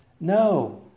No